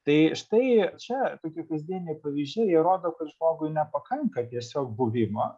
tai štai čia tokie kasdieniai pavyzdžiai jie rodo kad žmogui nepakanka tiesiog buvimo